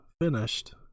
finished